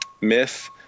myth